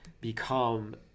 become